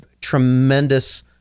tremendous